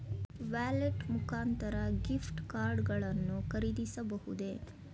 Wallet ಮುಖಾಂತರ gift card ಗಳನ್ನು ಖರೀದಿಸಬಹುದೇ?